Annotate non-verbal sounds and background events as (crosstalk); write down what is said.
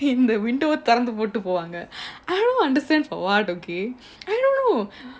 இந்த: intha window திறந்துபோட்டுபோவாங்க: iradhu potdu povanga (breath) I don't understand for what again (breath) I don't know (breath)